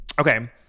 Okay